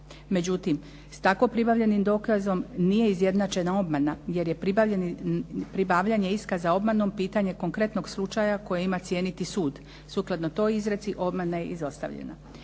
Međutim, s tako pribavljenim dokazom nije izjednačena obmana jer je pribavljanje iskaza obmanom pitanje konkretnog slučaja koje ima cijeniti sud. Sukladno toj izreci obmana je izostavljena.